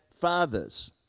fathers